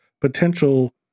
potential